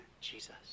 Jesus